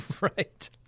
Right